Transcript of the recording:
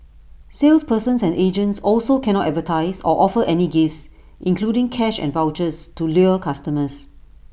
salespersons and agents also cannot advertise or offer any gifts including cash and vouchers to lure customers